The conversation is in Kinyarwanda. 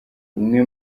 umwe